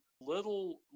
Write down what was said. little